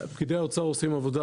פקידי האוצר עושים עבודה,